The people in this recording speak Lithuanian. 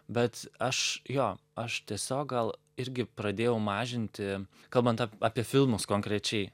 bet aš jo aš tiesiog gal irgi pradėjau mažinti kalbant q apie filmus konkrečiai